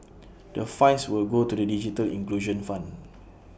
the fines will go to the digital inclusion fund